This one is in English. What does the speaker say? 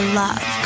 love